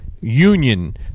union